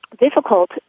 difficult